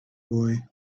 boy